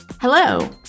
Hello